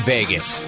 Vegas